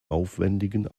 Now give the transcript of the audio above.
aufwändigen